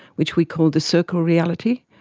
which we called the circle reality,